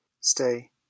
Stay